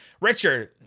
Richard